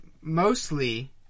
mostly